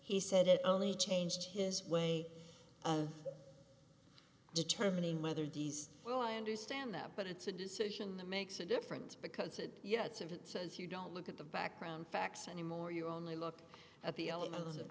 he said it only changed his way of determining whether d's well i understand that but it's a decision that makes a difference because it yet sort of says you don't look at the background facts anymore you only look at the elements of